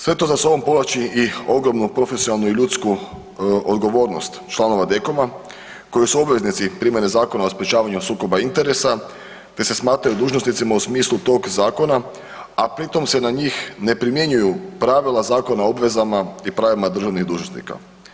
Sve to za sobom povlači i ogromnu profesionalnu i ljudsku odgovornost članova DKOM-a koji su obveznici koji su obveznici primjene Zakona o sprječavanju sukoba interesa te se smatraju dužnosnicima u smislu tog zakona, a pri tom se na njih ne primjenjuju pravila Zakona o obvezama i pravima državnih dužnosnika.